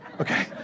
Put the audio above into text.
Okay